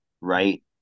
Right